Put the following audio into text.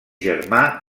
germà